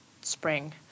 spring